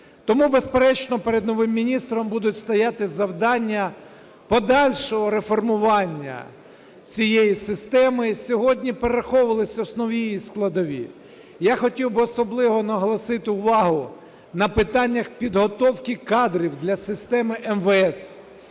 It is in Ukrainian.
Тому, безперечно, перед новим міністром будуть стояти завдання подальшого реформування цієї системи. І сьогодні перераховувались основні її складові. Я хотів би особливо наголосити увагу на питаннях підготовки кадрів для системи МВС.